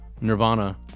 Nirvana